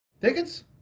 Tickets